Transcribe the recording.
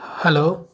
hello